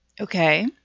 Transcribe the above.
Okay